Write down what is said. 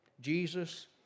Jesus